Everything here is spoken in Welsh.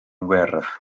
wyrdd